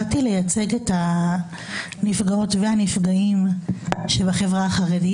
באתי לייצג את הנפגעות והנפגעים בחברה החרדית.